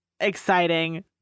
Exciting